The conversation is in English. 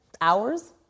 hours